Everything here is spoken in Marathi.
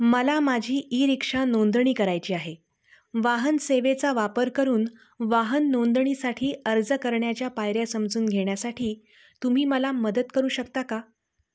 मला माझी ई रिक्षा नोंदणी करायची आहे वाहन सेवेचा वापर करून वाहन नोंदणीसाठी अर्ज करण्याच्या पायऱ्या समजून घेण्यासाठी तुम्ही मला मदत करू शकता का